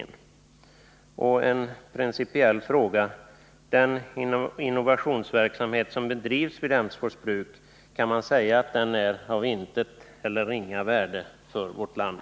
Jag vill också ställa en principiell fråga: Kan man säga att den innovationsverksamhet som bedrivs vid Emsfors bruk är av intet eller ringa värde för vårt land?